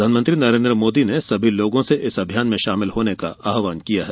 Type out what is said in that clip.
प्रधानमंत्री नरेन्द्र मोदी ने सभी लोगों से इस अभियान में शामिल होने का आहवान किया है